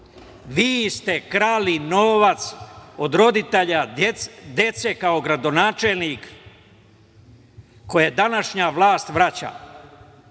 vi ste krali novac od roditelja dece kao gradonačelnik, koji današnja vlast vraća.